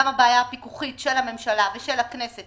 גם הבעיה הפיקוחית של הממשלה ושל הכנסת